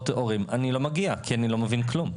הורים אני לא מגיע כי אני לא מבין כלום.